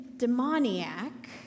demoniac